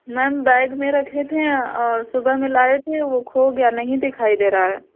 ma'am bag में रखे थे और सुबह में लाये थे वो खो गया नहीं दिखाई दे रहा है